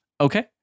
Okay